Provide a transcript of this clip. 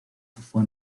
fue